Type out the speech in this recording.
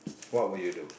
what would you do